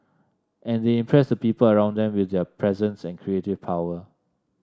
and they impress the people around them with their presence and creative power